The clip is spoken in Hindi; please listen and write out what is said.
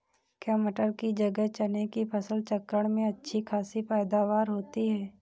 क्या मटर की जगह चने की फसल चक्रण में अच्छी खासी पैदावार होती है?